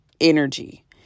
energy